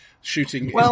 Shooting